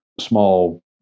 small